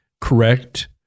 Correct